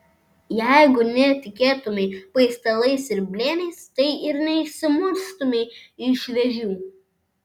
jeigu netikėtumei paistalais ir blėniais tai ir neišsimuštumei iš vėžių